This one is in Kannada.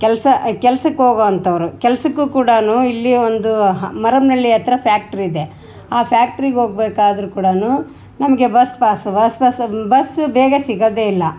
ಕೆಲಸ ಕೆಲ್ಸಕ್ಕೆ ಹೋಗೋ ಅಂಥವರು ಕೆಲಸಕ್ಕು ಕೂಡ ಇಲ್ಲಿ ಒಂದು ಮರಮ್ಮನಳ್ಳಿ ಹತ್ರ ಫ್ಯಾಕ್ಟ್ರಿ ಇದೆ ಆ ಫ್ಯಾಕ್ಟ್ರಿಗೆ ಹೋಗ್ಬೇಕಾದ್ರು ಕೂಡನು ನಮಗೆ bus pass bus pass bus ಬೇಗ ಸಿಗೊದೆ ಇಲ್ಲ